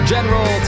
General